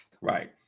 Right